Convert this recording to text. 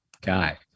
guy